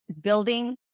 building